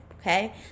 Okay